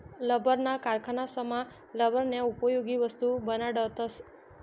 लब्बरना कारखानासमा लब्बरन्या उपयोगी वस्तू बनाडतस